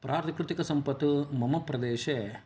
प्राकृतिकसम्पद् मम प्रदेशे